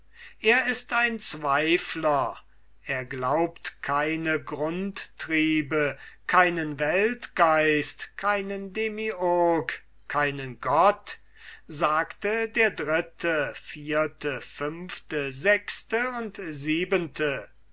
er ist ein zweifler er glaubt keine grundtriebe keinen weltgeist keinen demiurg keinen gott sagte der dritte vierte fünfte sechste und siebente